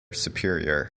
superior